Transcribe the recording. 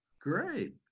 Great